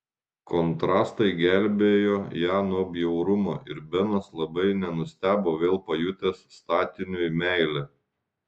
kontrastai gelbėjo ją nuo bjaurumo ir benas labai nenustebo vėl pajutęs statiniui meilę